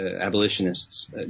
abolitionists